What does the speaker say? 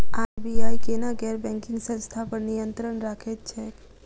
RBI केना गैर banking संस्था पर नियत्रंण राखैत छैक?